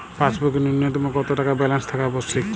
পাসবুকে ন্যুনতম কত টাকা ব্যালেন্স থাকা আবশ্যিক?